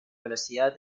velocidad